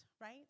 right